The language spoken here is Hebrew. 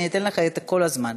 אני אתן לך את כל הזמן.